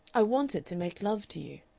i wanted to make love to you.